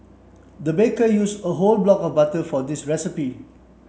the baker use a whole block of butter for this recipe